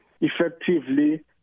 effectively